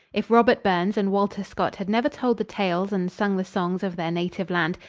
if robert burns and walter scott had never told the tales and sung the songs of their native land,